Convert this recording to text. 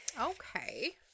Okay